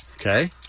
Okay